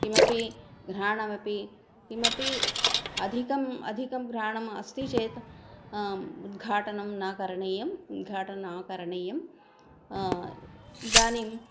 किमपि घ्राणमपि किमपि अधिकम् अधिकं घ्राणम् अस्ति चेत् उद्घाटनं न करणीयम् उद्घाटनं करणीयम् इदानीं